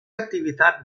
activitat